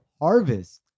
harvest